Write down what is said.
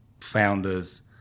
founders